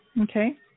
Okay